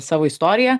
savo istorija